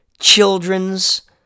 children's